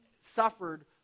suffered